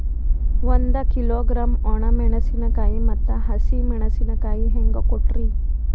ಒಂದ ಕಿಲೋಗ್ರಾಂ, ಒಣ ಮೇಣಶೀಕಾಯಿ ಮತ್ತ ಹಸಿ ಮೇಣಶೀಕಾಯಿ ಹೆಂಗ ಕೊಟ್ರಿ?